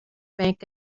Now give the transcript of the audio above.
bank